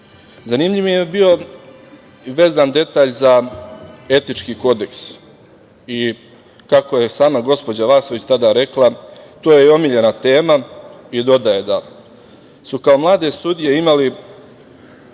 suda. Zanimljiv mi je bio detalj vezan za etički kodeks i kako je sama gospođa Vasović tada rekla, to joj je omiljena tema i dodaje da su kao mlade sudije imali